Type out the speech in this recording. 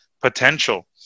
potential